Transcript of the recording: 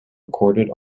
recorded